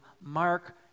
mark